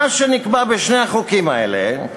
מה שנקבע בשני החוקים האלה,